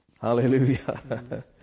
Hallelujah